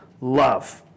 love